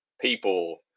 people